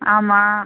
ஆமாம்